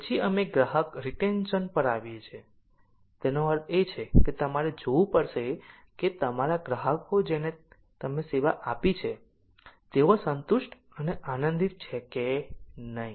પછી અમે ગ્રાહક રીટેન્શન પર આવીએ છીએ તેનો અર્થ એ છે કે તમારે જોવું પડશે કે તમારા ગ્રાહકો જેને તમે સેવા આપી છે તેવો સંતુષ્ટ અને આનંદિત છે કે નહિ